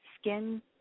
skin